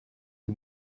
you